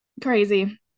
crazy